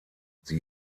sie